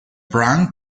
prank